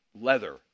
leather